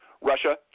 russia